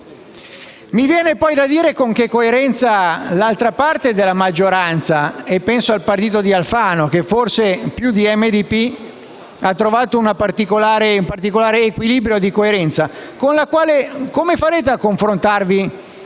Mi viene poi da interrogarmi sulla coerenza dell'altra parte della maggioranza: penso al partito di Alfano, che forse più di MDP ha trovato un particolare equilibrio di coerenza. Come farà a confrontarsi